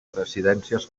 residències